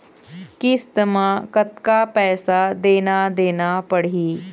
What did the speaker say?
किस्त म कतका पैसा देना देना पड़ही?